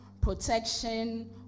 protection